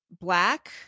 black